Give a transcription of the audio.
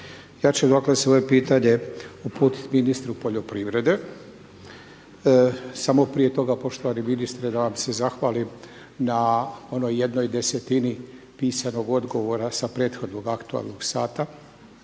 Ja ću dakle, svoje pitanje uputiti ministru poljoprivrede. Samo prije toga, poštovani ministre, da vam se zahvalim na onoj jednoj desetini pisanog odgovora sa prethodnog aktualnog sata.